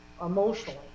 emotionally